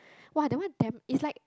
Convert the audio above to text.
!wah! that one damn it's like